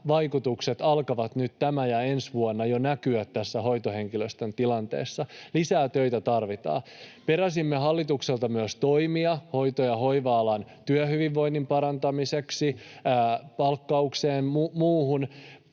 vaikutukset alkavat nyt tänä ja ensi vuonna jo näkyä tässä hoitohenkilöstön tilanteessa. Lisää töitä tarvitaan. Peräsimme hallitukselta myös toimia hoito- ja hoiva-alan työhyvinvoinnin parantamiseksi, palkkaukseen ja muuhun,